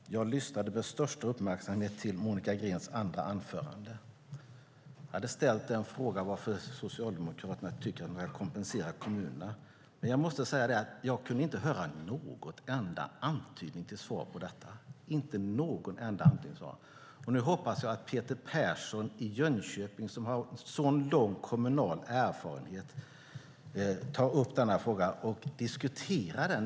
Herr talman! Jag lyssnade med största uppmärksamhet till Monica Greens andra anförande. Jag hade ställt en fråga om varför Socialdemokraterna tycker att man ska kompensera kommunerna. Jag kunde inte höra någon enda antydan till svar på det. Nu hoppas jag att Peter Persson i Jönköping, som har en sådan lång kommunal erfarenhet, tar upp den frågan och diskuterar den.